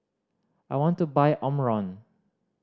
I want to buy Omron